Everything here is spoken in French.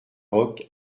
roch